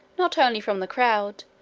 not only from the crowd,